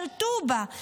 שלטו בה,